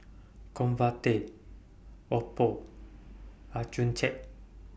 Convatec Oppo Accucheck